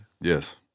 Yes